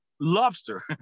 lobster